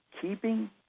keeping